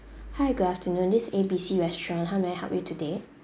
hi good afternoon this A B C restaurant how may help you today